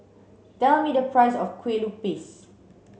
tell me the price of Kue Lupis